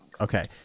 Okay